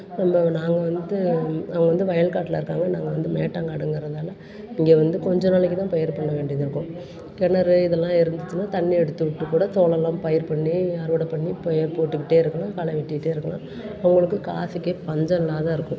ரொம்ப நாங்கள் வந்து அவங்க வந்து வயல்காட்டில் இருக்காங்க நாங்கள் வந்து மேட்டாங்காடுங்கிறதுனால இங்கே வந்து கொஞ்சம் நாளைக்கு தான் பயிர் போட வேண்டியது இருக்கும் கிணறு இதெல்லாம் இருந்துச்சின்னா தண்ணி எடுத்து விட்டு கூட சோளலாம் பயிர் பண்ணி அறுவடை பண்ணி பயிர் போட்டுக்கிட்டே இருக்கணும் களை வெட்டிகிட்டே இருக்கணும் உங்களுக்கு காசுக்கு பஞ்சம் இல்லாம இருக்கும்